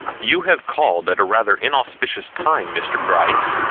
you have called at a rather inauspicious time, mr. gryce,